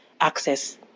access